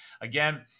Again